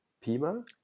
Pima